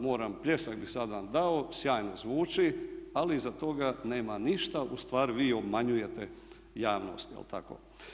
Moram, pljesak bi sad vam dao, sjajno zvuči, ali iza toga nema ništa, ustvari vi obmanjujete javnost jel tako?